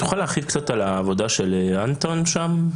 תוכל להרחיב קצת על העבודה של אנטון שם?